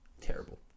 terrible